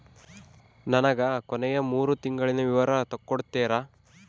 ನನಗ ಕೊನೆಯ ಮೂರು ತಿಂಗಳಿನ ವಿವರ ತಕ್ಕೊಡ್ತೇರಾ?